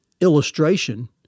illustration